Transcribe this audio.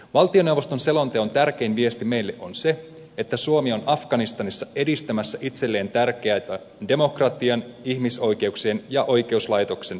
valtioneuvoston selonteon tärkein viesti meille on se että suomi on afganistanissa edistämässä itselleen tärkeitä demokratian ihmisoikeuksien ja oikeuslaitoksen periaatteita